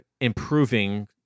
improving